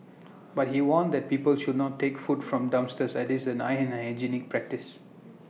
but he warns that people should not take food from dumpsters as IT is an unhygienic practice